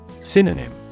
Synonym